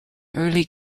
early